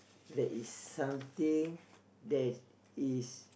there is something that is